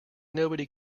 nobody